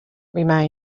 remained